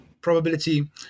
probability